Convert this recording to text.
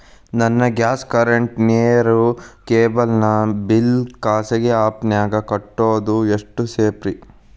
ನನ್ನ gas current, ನೇರು, cable ನ ಬಿಲ್ ಖಾಸಗಿ ಆ್ಯಪ್ ನ್ಯಾಗ್ ಕಟ್ಟೋದು ಎಷ್ಟು ಸೇಫ್ರಿ?